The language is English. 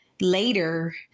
later